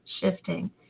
shifting